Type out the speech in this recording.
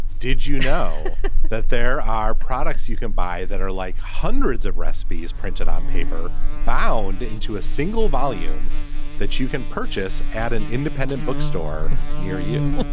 did you know that there are products you can buy that are like hundreds of recipes printed on paper, bound into a single volume that you can purchase at an independent bookstore near you?